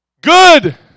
Good